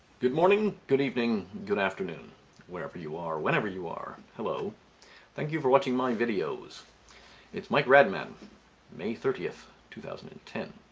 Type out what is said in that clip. good morning, good evening, good afternoon wherever you are, whenever you are, hello thank you for watching my videos it's mike radmann may thirtieth, two thousand and ten